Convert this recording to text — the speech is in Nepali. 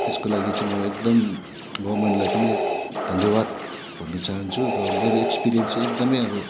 त्यसको लागि चाहिँ म एकदम गभर्मेन्टलाई पनि धन्यवाद भन्नु चाहन्छु र मेरो एक्सपिरियन्स चाहिँ एकदम अब